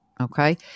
Okay